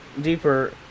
deeper